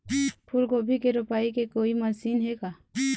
फूलगोभी के रोपाई के कोई मशीन हे का?